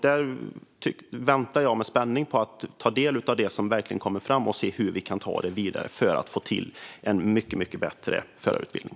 Jag väntar med spänning på att ta del av det som kommer fram för att se hur vi kan ta det vidare och få till en mycket bättre förarutbildning.